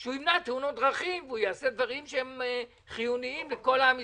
כדי שהוא ימנע תאונות דרכים ויעשה דברים שהם חיוניים לכל עם ישראל,